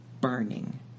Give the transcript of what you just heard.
burning